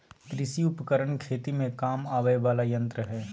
कृषि उपकरण खेती में काम आवय वला यंत्र हई